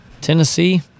Tennessee